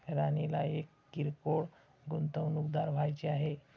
राणीला एक किरकोळ गुंतवणूकदार व्हायचे आहे